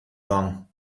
bang